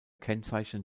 kennzeichnen